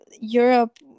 Europe